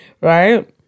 Right